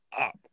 up